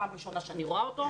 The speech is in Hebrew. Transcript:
זאת פעם ראשונה שאני רואה אותו.